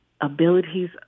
abilities